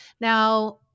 Now